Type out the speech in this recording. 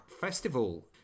festival